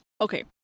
Okay